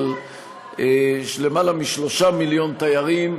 אבל יותר מ-3 מיליון תיירים,